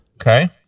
Okay